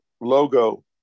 logo